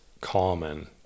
common